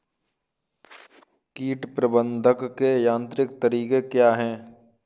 कीट प्रबंधक के यांत्रिक तरीके क्या हैं?